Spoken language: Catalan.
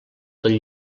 del